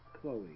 Chloe